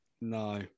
No